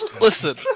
Listen